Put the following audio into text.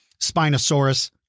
Spinosaurus